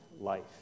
life